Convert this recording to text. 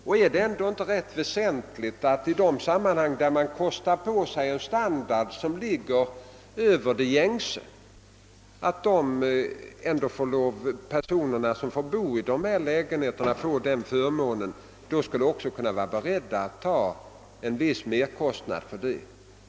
Om vissa personer har förmånen att kunna kosta på sig en lägenhetsstandard som ligger över den gängse, är det väl rimligt att de får ta på sig en viss merkostnad för det.